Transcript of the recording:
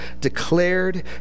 declared